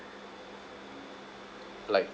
like